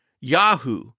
Yahoo